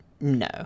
No